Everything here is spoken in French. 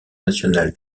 national